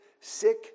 sick